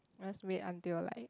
must wait until like